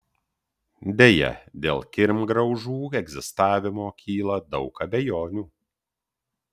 deja dėl kirmgraužų egzistavimo kyla daug abejonių